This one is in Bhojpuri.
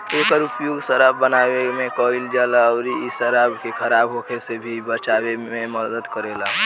एकर उपयोग शराब बनावे में कईल जाला अउरी इ शराब के खराब होखे से भी बचावे में मदद करेला